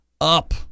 up